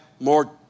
more